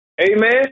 Amen